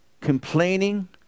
complaining